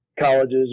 colleges